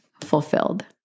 fulfilled